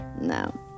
No